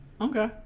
Okay